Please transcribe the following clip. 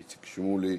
איציק שמולי,